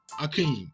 Akeem